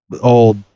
old